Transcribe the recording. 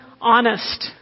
Honest